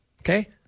okay